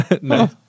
No